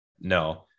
No